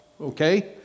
okay